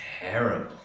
terrible